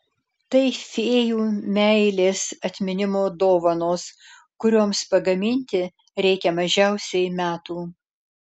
tai fėjų meilės atminimo dovanos kurioms pagaminti reikia mažiausiai metų